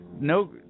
No